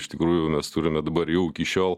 iš tikrųjų mes turime dabar jau iki šiol